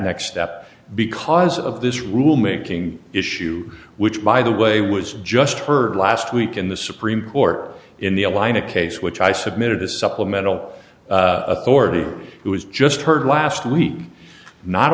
next step because of this rule making issue which by the way was just heard last week in the supreme court in the airline a case which i submitted the supplemental authority was just heard last week not